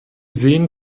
sehen